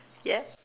yeah